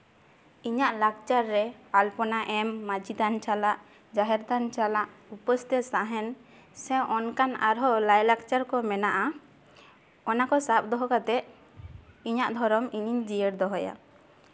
ᱤᱧᱟ ᱜ ᱞᱟᱠᱪᱟᱨ ᱨᱮ ᱟᱞᱯᱚᱱᱟ ᱮᱢ ᱢᱟᱹᱡᱷᱤ ᱛᱷᱟᱱ ᱪᱟᱞᱟᱜ ᱡᱟᱦᱮᱨ ᱛᱷᱟᱱ ᱪᱟᱞᱟᱜ ᱩᱯᱟᱹᱥ ᱛᱮ ᱛᱟᱦᱮᱱ ᱥᱮ ᱚᱱᱠᱟᱱ ᱟᱨᱦᱚᱸ ᱞᱟᱭᱼᱞᱟᱠᱪᱟᱨ ᱠᱚ ᱢᱮᱱᱟᱜᱼᱟ ᱚᱱᱟ ᱠᱚ ᱥᱟᱵ ᱫᱚᱦᱚ ᱠᱟᱛᱮ ᱤᱧᱟᱹᱜ ᱫᱷᱚᱨᱚᱢ ᱤᱧᱤᱧ ᱡᱤᱭᱟᱹᱲ ᱫᱚᱦᱚᱭᱟ